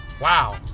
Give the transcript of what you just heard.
Wow